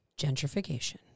Gentrification